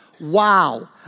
Wow